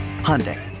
Hyundai